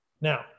Now